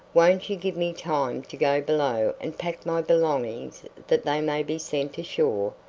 won't you give me time to go below and pack my belongings that they may be sent ashore?